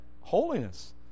holiness